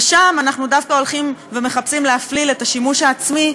ושם אנחנו דווקא מחפשים להפליל את השימוש העצמי,